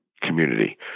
community